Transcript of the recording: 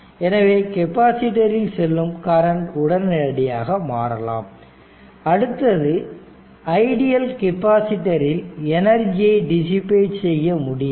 எனவே கெப்பாசிட்டர் ல் செல்லும் கரண்ட் உடனடியாக மாறலாம் அடுத்தது ஐடியல் கெபாசிட்டர்ல் எனர்ஜியை டிசிபேட் செய்ய முடியாது